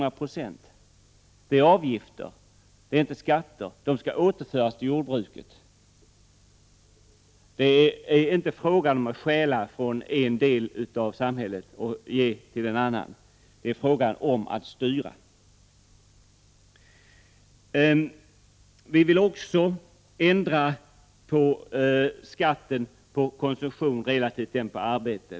Det är alltså avgifter, inte skatter, och de medlen skall återföras till jordbruket. Det är alltså inte fråga om att stjäla från en del i samhället och ge till en annan, det är fråga om att styra. Vi vill också ändra skatten på konsumtion i förhållande till den på arbete.